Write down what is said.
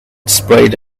sprayed